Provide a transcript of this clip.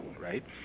right